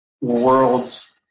worlds